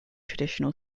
traditional